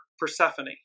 Persephone